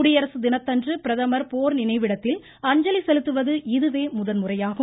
குடியரசு தினத்தன்று பிரதமர் போர் நினைவிடத்தில் அஞ்சலி செலுத்துவது இதுவே முதன்முறையாகும்